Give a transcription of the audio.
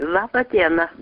laba diena